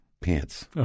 pants